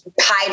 pie